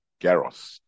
Garros